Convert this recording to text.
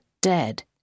dead